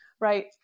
right